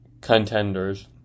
contenders